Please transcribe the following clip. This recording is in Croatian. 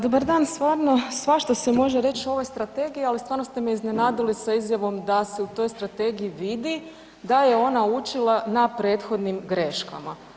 Dobar dan, stvarno svašta se može reći o ovoj strategiji, ali stvarno ste me iznenadili sa izjavom da se u toj strategiji vidi da je ona učila na prethodnim greškama.